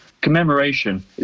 commemoration